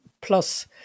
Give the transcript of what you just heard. plus